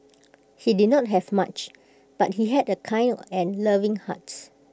he did not have much but he had A kind and loving hearts